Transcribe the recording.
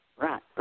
Right